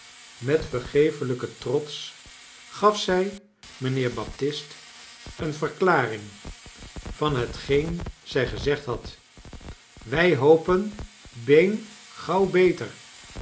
met vergeeflijken trots gaf zij mijnheer baptist een verklaring van hetgeen zij gezegd had wij hopen been gauw beter